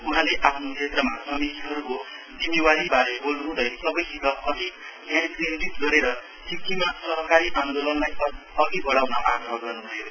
वहाँले आफ्नो क्षेत्रमा समितिहरुको जिम्मेवारीबारे बोल्नुहुँदै सबैसित अधिक ध्यान केन्द्रित सिक्किममा सहकारी आन्दोलनलाई अघिबढ़ाउन आग्रह गर्नुभयो